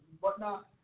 whatnot